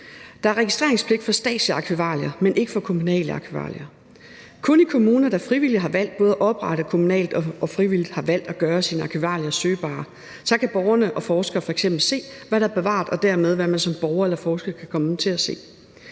Der er registreringspligt for statslige arkivalier, men ikke for kommunale arkivalier. Kun i kommuner, der frivilligt har valgt både at oprette det kommunalt og frivilligt har valgt at gøre sine arkivalier søgbare, kan borgere og forskere f.eks. se, hvad der er bevaret, og dermed hvad man som borger eller forsker kan komme til at se.